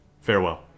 Farewell